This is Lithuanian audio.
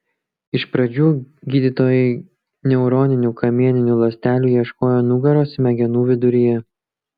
iš pradžių gydytojai neuroninių kamieninių ląstelių ieškojo nugaros smegenų viduryje